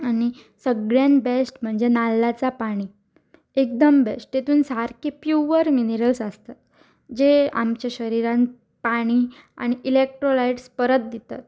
आनी सगळ्यान बेस्ट म्हणजे नाल्लाच पाणी एकदम बेस्ट तेतून सारके प्युवर मिनरल्स आसतात जे आमच्या शरिरान पाणी आनी इलेक्ट्रोलायट्स परत दितात